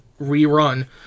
rerun